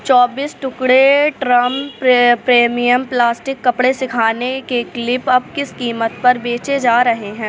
چوبیس ٹکڑے ٹرم پرے پریمیئم پلاسٹک کپڑے سکھانے کی کلپ اب کس قیمت پر بیچے جا رہے ہیں